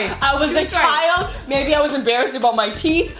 i was a child! maybe i was embarrassed about my teeth,